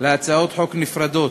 להצעות חוק נפרדות,